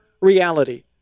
reality